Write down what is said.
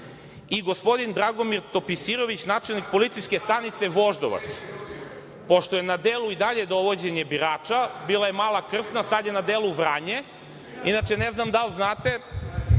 i gospodin Dragomir Topisirević, načelnik policijske stanice Voždovac. Pošto je na delu i dalje dovođenje birača, bila je Mala Krsna, sada je na delu Vranje, a inače ne znam dal znate,